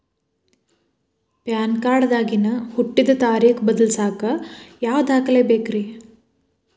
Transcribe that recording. PAN card ದಾಗಿನ ಹುಟ್ಟಿದ ತಾರೇಖು ಬದಲಿಸಾಕ್ ಯಾವ ದಾಖಲೆ ಬೇಕ್ರಿ?